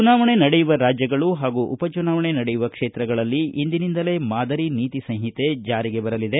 ಚುನಾವಣೆ ನಡೆಯುವ ರಾಜ್ಯಗಳು ಹಾಗೂ ಉಪಚುನಾವಣೆ ನಡೆಯುವ ಕ್ಷೇತ್ರಗಳಲ್ಲಿ ಇಂದಿನಿಂದಲೇ ಮಾದರಿ ನೀತಿ ಸಂಹಿತೆ ಜಾರಿಗೆ ಬರಲಿದೆ